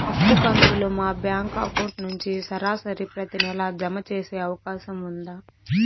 అప్పు కంతులు మా బ్యాంకు అకౌంట్ నుంచి సరాసరి ప్రతి నెల జామ సేసే అవకాశం ఉందా?